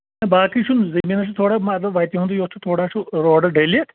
باقٕے چھُنہٕ زٔمیٖنَس چھِ تھوڑا وَتہِ ہُنٛدُے یوت چھِ تھوڑا چھُ روڈٕ ڈٔلِتھ